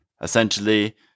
Essentially